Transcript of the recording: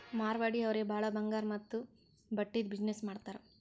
ಮಾರ್ವಾಡಿ ಅವ್ರೆ ಭಾಳ ಬಂಗಾರ್ ಮತ್ತ ಬಟ್ಟಿದು ಬಿಸಿನ್ನೆಸ್ ಮಾಡ್ತಾರ್